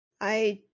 I-